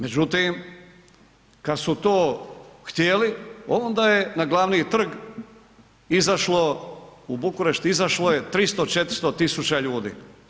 Međutim kad su to htjeli, onda je na glavni trg izašlo, u Bukurešt, izašlo je 300, 400 000 ljudi.